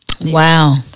Wow